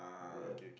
ya